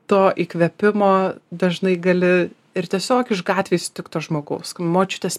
to įkvėpimo dažnai gali ir tiesiog iš gatvėj sutikto žmogaus močiutės